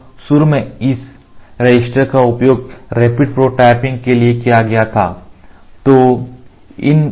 तो शुरू में इन रेसिस्टर्स का उपयोग रैपिड प्रोटोटाइपिंग के लिए किया गया था